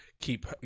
Keep